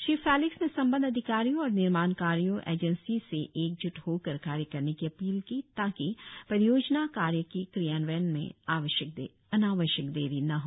Shri Felix ने संबद्ध अधिकारियों और निर्माण कार्यों एजेंसी से एक जूट होकर कार्य करने की अपील की ताकि परियोजना कार्य की क्रियान्वयन में अनावश्यक देरी न हो